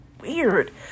weird